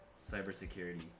Cybersecurity